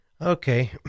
Okay